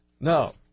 No